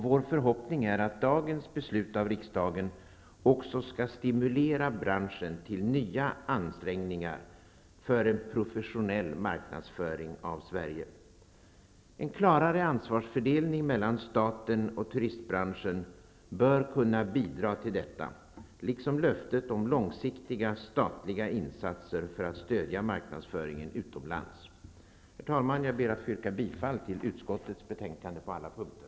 Vår förhoppning är att dagens beslut av riksdagen också skall stimulera branschen till nya ansträngningar för en professionell marknadsföring av Sverige. En klarare ansvarsfördelning mellan staten och turistbranschen bör kunna bidra till detta liksom löftet om långsiktiga statliga insatser för att stödja marknadsföringen utomlands. Herr talman! Jag ber att få yrka bifall till utskottets hemställan på alla punkter.